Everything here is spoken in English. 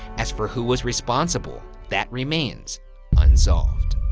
as for who was responsible, that remains unsolved.